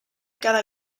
cada